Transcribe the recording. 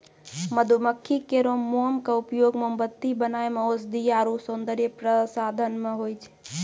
मधुमक्खी केरो मोम क उपयोग मोमबत्ती बनाय म औषधीय आरु सौंदर्य प्रसाधन म होय छै